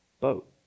boat